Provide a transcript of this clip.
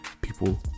people